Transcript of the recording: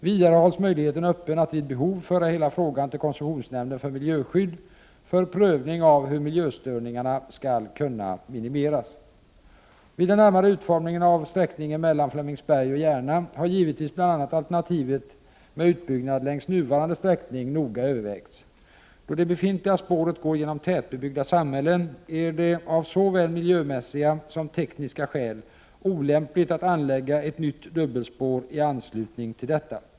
Vidare hålls möjligheten öppen att vid behov föra hela frågan till koncessionsnämnden för miljöskydd för prövning av hur miljöstörningarna skall kunna minimeras. Vid den närmare utformningen av sträckningen mellan Flemingsberg och Järna har givetvis bl.a. alternativet med utbyggnad längs nuvarande sträckning noga övervägts. Då det befintliga spåret går genom tätbebyggda samhällen är det av såväl miljömässiga som tekniska skäl olämpligt att anlägga ett nytt dubbelspår i anslutning till detta.